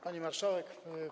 Pani Marszałek!